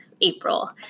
April